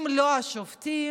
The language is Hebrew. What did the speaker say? אילו לא היו שופטים